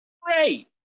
Great